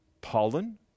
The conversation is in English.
pollen